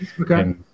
Okay